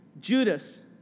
Judas